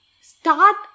start